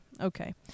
okay